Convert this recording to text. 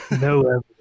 No